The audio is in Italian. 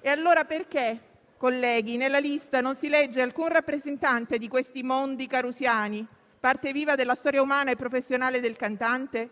E allora perché, colleghi, nella lista non si legge alcun rappresentante di questi mondi carusiani, parte viva della storia umana e professionale del cantante?